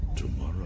Tomorrow